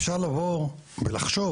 אפשר לבוא ולחשוב